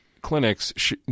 clinics